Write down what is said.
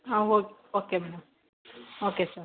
ಹಾಂ okay okay madam okay sir